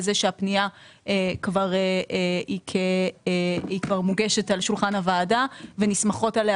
זה שהפנייה היא כבר מוגשת על שולחן הוועדה ונסמכות עליה